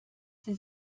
sie